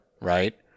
right